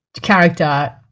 character